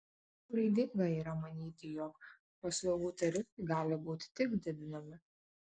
klaidinga yra manyti jog paslaugų tarifai gali būti tik didinami